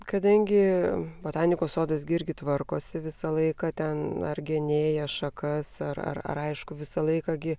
kadangi botanikos sodas gi irgi tvarkosi visą laiką ten ar genėja šakas ar ar raišku visą laiką gi